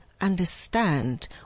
understand